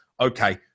okay